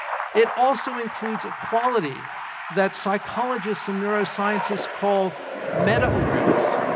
it also includes a quality that psychologists and neuroscientists call meta-awareness.